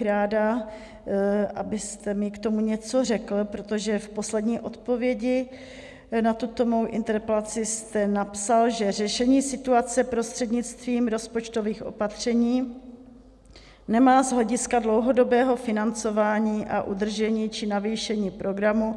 Ráda bych, abyste mi k tomu něco řekl, protože v poslední odpovědi na tuto mou interpelaci jste napsal, že řešení situace prostřednictvím rozpočtových opatření nemá z hlediska dlouhodobého financování a udržení či navýšení programu